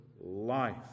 life